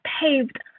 paved